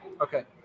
Okay